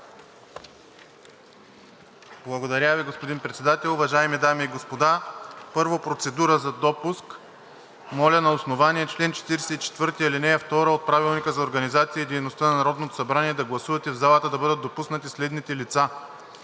Благодаря Ви, господин Председател. Уважаеми дами и господа, първо процедура за допуск. Моля на основание чл. 44, ал. 2 от Правилника за организацията и дейността на Народното събрание да гласувате в залата да бъдат допуснати следните лица: